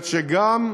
זאת אומרת,